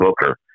Booker